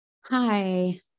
Hi